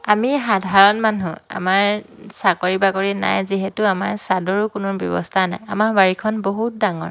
আমি সাধাৰণ মানুহ আমাৰ চাকৰি বাকৰি নাই যিহেতু আমাৰ চাদৰো কোনো ব্যৱস্থা নাই আমাৰ বাৰীখন বহুত ডাঙৰ